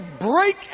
break